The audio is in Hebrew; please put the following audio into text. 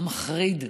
המחריד,